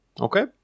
Okay